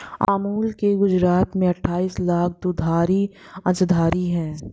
अमूल के गुजरात में अठाईस लाख दुग्धधारी अंशधारी है